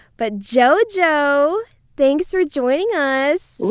but, jojo, thanks for joining us.